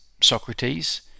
Socrates